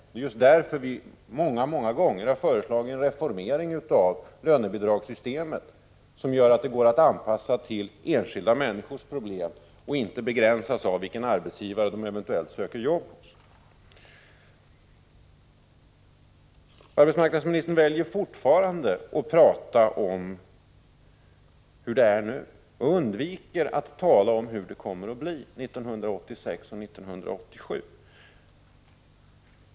Det är just därför vi många många gånger har föreslagit en reformering av lönebidragssystemet, så att systemet kan anpassas till enskilda människors problem och inte begränsas av vilka arbetsgivare man eventuellt söker jobb hos. Arbetsmarknadsministern väljer fortfarande att prata om hur det är nu och undviker att tala om hur det kommer att bli 1986 och 1987.